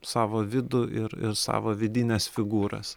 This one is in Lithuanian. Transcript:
savo vidų ir ir savo vidines figūras